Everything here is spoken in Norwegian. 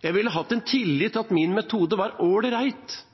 Jeg ville hatt tillit til at min metode var ålreit. Og jeg ville hatt en